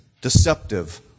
deceptive